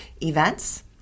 events